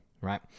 Right